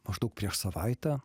maždaug prieš savaitę